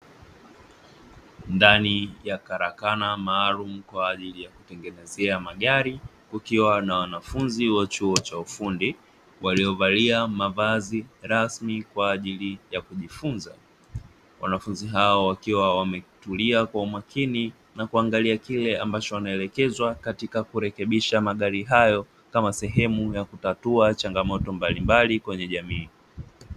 Ndani ya karakana maalumu kwa ajili ya kutengenezea magari kukiwa na wanafunzi wa chuo cha ufundi, waliovalia mavazi rasmi kwa ajili ya kujifunza. Wanafunzi hao wakiwa wametulia kwa umakini na kuangalia kile ambacho wanaelekezwa katika kurekebisha magari hayo, kama sehemu ya kutatua changamoto mbalimbali kwenye jamii.